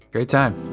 great time